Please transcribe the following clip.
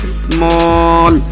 small